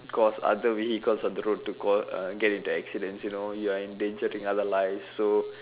cause other vehicles on the road to coll~ uh get into accidents you know you are endangering other lives so